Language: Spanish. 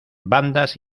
bandas